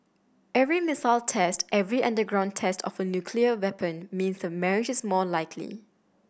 every missile test every underground test of a nuclear weapon means the marriage is more likely